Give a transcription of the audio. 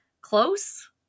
close